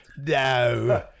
No